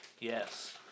Yes